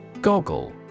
Goggle